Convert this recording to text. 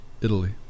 Italy